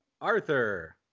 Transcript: Arthur